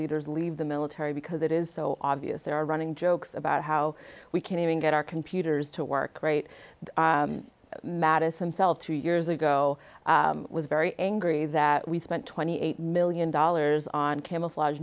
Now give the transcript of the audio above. leaders leave the military because it is so obvious they're running jokes about how we can't even get our computers to work great madison cell two years ago was very angry that we spent twenty eight million dollars on camouflage